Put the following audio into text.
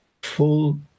full